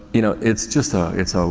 you know, it's just a, it's a,